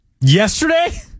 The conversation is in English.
Yesterday